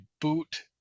boot